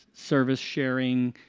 service sharing,